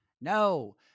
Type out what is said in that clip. No